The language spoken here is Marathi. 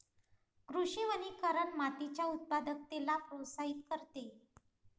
कृषी वनीकरण मातीच्या उत्पादकतेला प्रोत्साहित करते